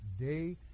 day